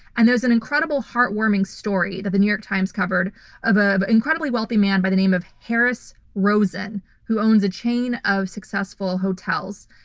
and there's an incredible heartwarming story that the new york times covered of an incredibly wealthy man by the name of harris rosen, who owns a chain of successful hotels.